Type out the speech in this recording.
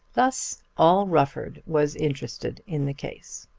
thus all rufford was interested in the case.